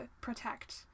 protect